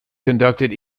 conducted